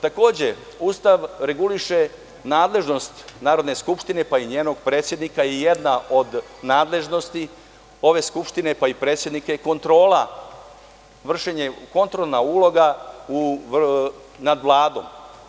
Takođe, Ustav reguliše nadležnost Narodne skupštine, pa i njenog predsednika je jedna od nadležnosti ove Skupštine, pa i predsednika, je kontrola, kontrolna uloga nad Vladom.